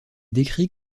décrit